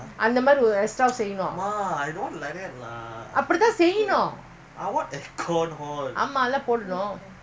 அந்தமாதிரிஎக்ஸ்ட்ராசெய்யணும்ஆமாஅதெல்லாம்போடணும்ஒருஆளுதான:antha maathiri exxtra seiyanum aama athellam podanum oru aalu thana